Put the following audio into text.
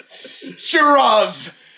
Shiraz